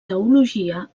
teologia